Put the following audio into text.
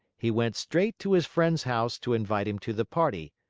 he went straight to his friend's house to invite him to the party,